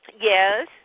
Yes